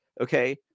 Okay